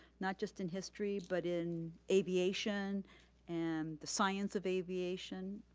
not just in history but in aviation and the science of aviation.